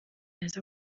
yaza